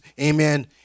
amen